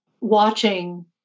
watching